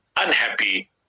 unhappy